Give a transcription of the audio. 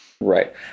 Right